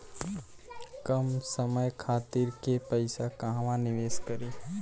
कम समय खातिर के पैसा कहवा निवेश करि?